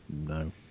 No